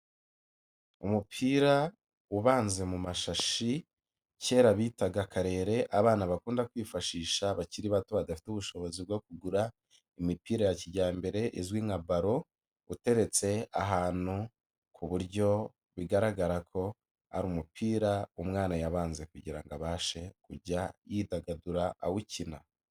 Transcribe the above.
Umupira ubanze mu mashashi, kera bitaga karere abana bakunda kwifashisha bakiri bato badafite ubushobozi bwo kugura, imipira ya kijyambere izwi nka baro, uteretse ahantu ku buryo bigaragara ko ari umupira umwana yabanza kugirango abashe kujya yidagadura awukina.